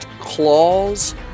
claws